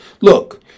Look